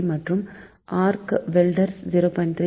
85 மற்றும் ஆர்க் வெல்டர்கள் 0